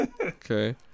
Okay